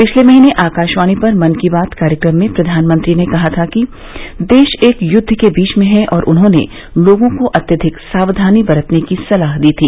पिछले महीने आकाशवाणी पर मन की बात कार्यक्रम में प्रधानमंत्री ने कहा था कि देश एक युद्ध के बीच में है और उन्होंने लोगों को अत्यधिक सावधानी बरतने की सलाह दी थी